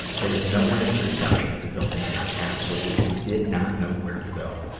there was no one at the reception of the building, and i absolutely did not know where to go.